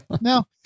No